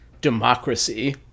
democracy